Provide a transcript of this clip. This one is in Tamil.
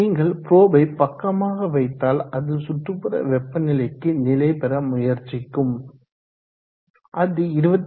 நீங்கள் புரொபை பக்கமாக வைத்தால் அது சுற்றுப்புற வெப்பநிலைக்கு நிலைபெற முயற்சிக்கும் அது 27